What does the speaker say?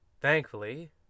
Thankfully